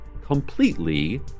completely